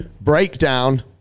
breakdown